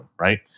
right